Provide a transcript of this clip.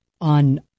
on